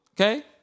okay